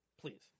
Please